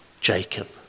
Jacob